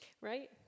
Right